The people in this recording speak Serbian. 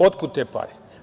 Otkud te pare?